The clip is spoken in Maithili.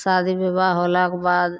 शादी विवाह होलाके बाद